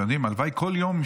אתם יודעים, הלוואי כל יום.